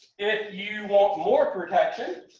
if you want more protection.